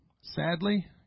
Sadly